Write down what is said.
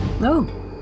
No